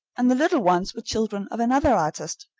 and the little ones were children of another artist,